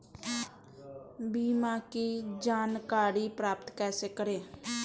बीमा की जानकारी प्राप्त कैसे करें?